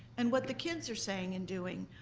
and what the kids are saying and doing.